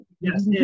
Yes